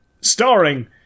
Starring